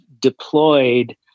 deployed